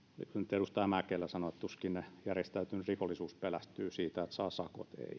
edustaja mäkelä joka sanoi että tuskin järjestäytynyt rikollisuus pelästyy siitä että saa sakot ei niin mutta